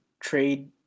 trade